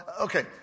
okay